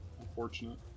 Unfortunate